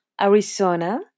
Arizona